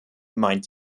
meint